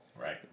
Right